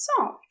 soft